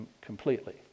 completely